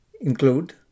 include